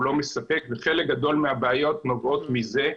לא מספק וחלק גדול מהבעיות נובעות מזה,